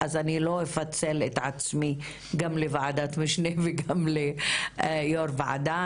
אז אני לא אפצל את עצמי גם לוועדת משנה וגם ליו"ר ועדה.